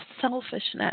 selfishness